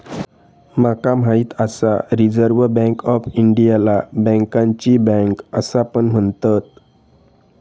माका माहित आसा रिझर्व्ह बँक ऑफ इंडियाला बँकांची बँक असा पण म्हणतत